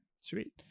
sweet